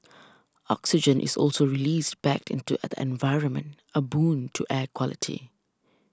oxygen is also released back into the environment a boon to air quality